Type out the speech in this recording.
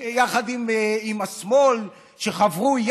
שיחד עם השמאל חברו,